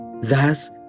Thus